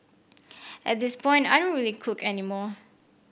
at this point I don't really cook any more